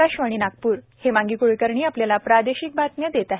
आकाशवाणी नागपुर हेमांगी कुलकर्णी आपल्याला प्रादेशिक बातम्या देत आहे